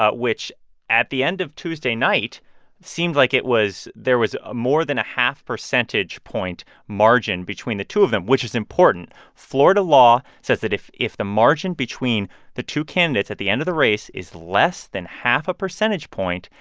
which at the end of tuesday night seemed like it was there was ah more than a half percentage point margin between the two of them, which is important. florida law says that if if the margin between the two candidates at the end of the race is less than half a percentage point,